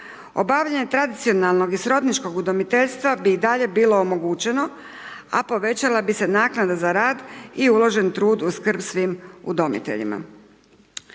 Obavljanje tradicionalnog i srodničkog udomiteljstva bi i dalje bilo omogućeno a povećala bi se naknada za rad i uložen trud u skrb svim udomiteljima.